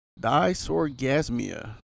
Dysorgasmia